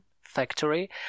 Factory